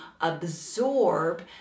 absorb